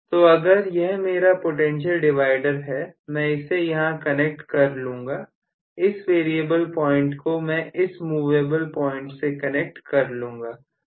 तो अगर यह मेरा पोटेंशियल डिवाइडर है मैं इसे यहां कनेक्ट कर लूंगा इस वेरिएबल पॉइंट को मैं इस मूवेबल पॉइंट से कनेक्ट कर लूंगा